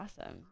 awesome